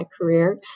career